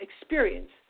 experience